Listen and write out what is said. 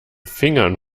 fingern